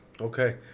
Okay